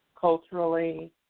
culturally